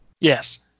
Yes